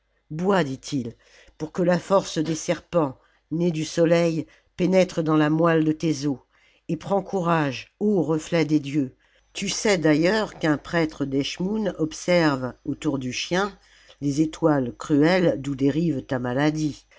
bois dit-il pour que la force des serpents nés du soleil pénètre dans la moelle de tes os et prends courage ô reflet des dieux tu sais d'ailleurs qu'un prêtre d'eschmoûn observe autour du chien les étoiles cruelles d'oii dérive ta maladie